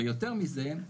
ויותר מזה,